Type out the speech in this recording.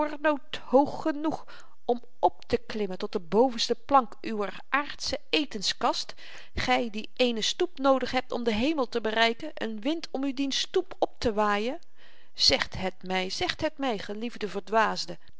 hoog genoeg ja maar ter nauwer nood hoog genoeg om opteklimmen tot de bovenste plank uwer aardsche etenskast gy die eene stoep noodig hebt om den hemel te bereiken een wind om u dien stoep optewaaien zegt het my zegt het my geliefde